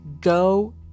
Go